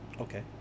okay